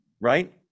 Right